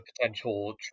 potential